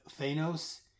Thanos